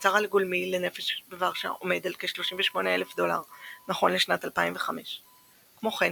התוצר הגולמי לנפש בוורשה עומד על כ-38,000$ נכון לשנת 2005. כמו כן,